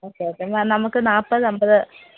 okay okay ma'am നമുക്ക് നാൽപ്പത് അമ്പത്